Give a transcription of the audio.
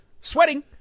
sweating